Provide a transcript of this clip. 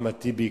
אחמד טיבי,